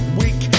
weak